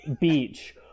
beach